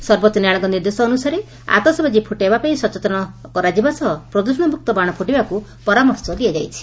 ସର୍ବୋଚ ନ୍ୟାୟାଳୟଙ୍ଙ ନିର୍ଦ୍ଦେଶ ଅନୁସାରେ ଆତସବାଜି ଫୁଟାଇବା ପାଇଁ ସଚେତନ କରାଯିବା ସହ ପ୍ରଦ୍ଷଣ ମୁକ୍ତ ବାଣ ପୁଟାଇବାକୁ ପରାମର୍ଶ ଦିଆଯାଇଛି